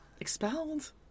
Expelled